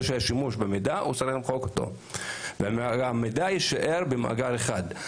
השימוש במידע הוא צריך למחוק אותו והמידע יישאר במאגר אחד.